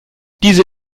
diese